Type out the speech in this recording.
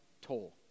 toll